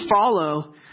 follow